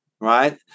Right